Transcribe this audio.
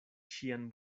ŝian